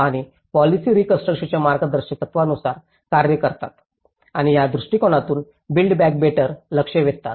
आणि पोलिसी रीकॉन्स्ट्रुकशनच्या मार्गदर्शक तत्त्वांनुसार कार्य करतात आणि या दृष्टीकोनातून बिल्ड बॅक बेटर लक्ष वेधतात